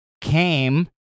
came